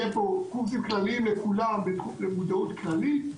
יהיה פה קורסים כלליים לכולם למודעות כללית.